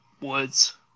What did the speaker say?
Woods